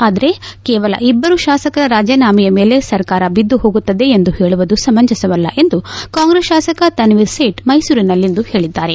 ಆದರೆ ಕೇವಲ ಇಬ್ಬರು ಶಾಸಕರ ರಾಜೀನಾಮೆ ಮೇಲೆ ಸರ್ಕಾರ ಬಿದ್ದು ಹೋಗುತ್ತದೆ ಎಂದು ಹೇಳುವುದು ಸಮಂಜಸವಲ್ಲ ಎಂದು ಕಾಂಗ್ರೆಸ್ ಶಾಸಕ ತನ್ವೀರ್ ಸೇಠ್ ಮೈಸೂರಿನಲ್ಲಿಂದು ಹೇಳಿದ್ದಾರೆ